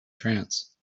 trance